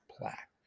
plaque